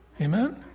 Amen